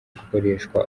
gukoreshwa